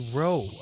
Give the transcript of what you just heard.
row